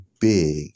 big